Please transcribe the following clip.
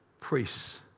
priests